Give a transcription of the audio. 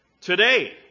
Today